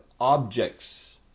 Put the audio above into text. objects